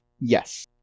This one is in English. Yes